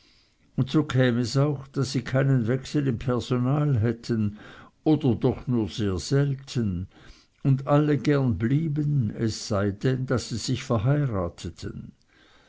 und so käm es auch daß sie keinen wechsel im personal hätten oder doch nur sehr selten und alle gern blieben es sei denn daß sie sich verheirateten